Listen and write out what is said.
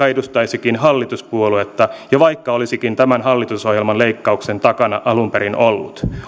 edustaisikin hallituspuoluetta ja vaikka olisikin tämän hallitusohjelman leikkauksen takana alun perin ollut